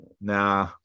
Nah